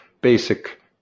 basic